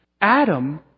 Adam